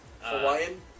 Hawaiian